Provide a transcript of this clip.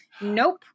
nope